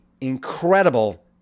incredible